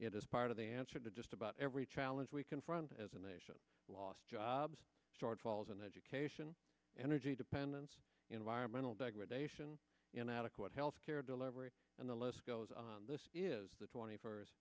it is part of the answer to just about every challenge we confront as a nation lost jobs shortfalls in education energy dependence environmental degradation inadequate health care delivery and the list goes on this is the twenty first